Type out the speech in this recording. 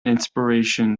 inspiration